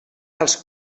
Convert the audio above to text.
dels